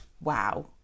wow